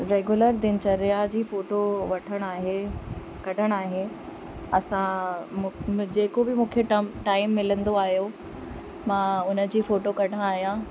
regular दिनचर्या जी photo वठण आहे कढण आहे असां मूं जेको बि मूंखे टम टाइम मिलंदो आहियो मां हुनजी फोटो कढंदो आहियां